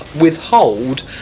withhold